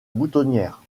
boutonnière